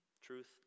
Truth